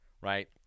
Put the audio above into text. right